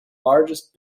largest